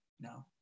no